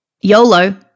YOLO